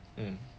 hmm